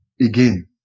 again